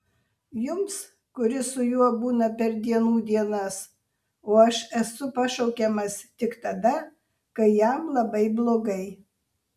jums kuris su juo būna per dienų dienas o aš esu pašaukiamas tik tada kai jam labai blogai